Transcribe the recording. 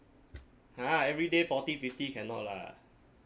!huh! everyday forty fifty cannot lah